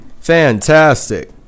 Fantastic